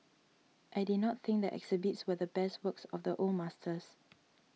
I did not think the exhibits were the best works of the old masters